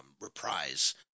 reprise